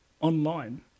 online